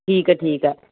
ਠੀਕ ਹੈ ਠੀਕ ਆ